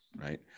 right